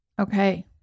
Okay